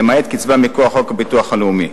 למעט קצבה מכוח חוק הביטוח הלאומי.